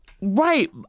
Right